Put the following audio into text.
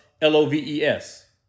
L-O-V-E-S